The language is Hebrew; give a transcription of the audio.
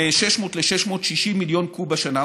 מ-600 ל-660 מיליון קוב בשנה,